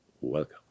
Welcome